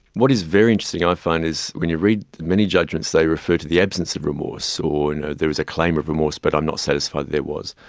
what is very interesting i find is when you read the many judgements they refer to the absence of remorse, or and there was a claim of remorse but i'm not satisfied there was.